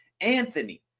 Anthony